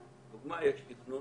דוגמה, יש תכנון